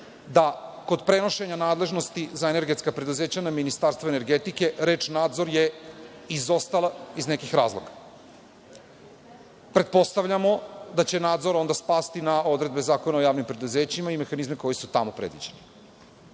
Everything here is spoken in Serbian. da kod prenošenja nadležnosti za energetska preduzeća na Ministarstvo energetike, reč „nadzor“ je izostala iz nekih razloga. Pretpostavljamo da će nadzor onda spasti na odredbe Zakona o javnim preduzećima i mehanizme koji su tamo predviđeni,